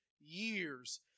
years